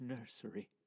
nursery